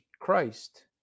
Christ